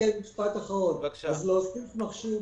להוסיף מכשיר,